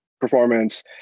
performance